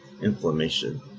inflammation